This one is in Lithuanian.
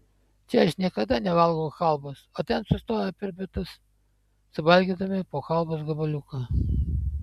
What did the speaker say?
čia aš niekada nevalgau chalvos o ten sustoję per pietus suvalgydavome po chalvos gabaliuką